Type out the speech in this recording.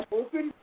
open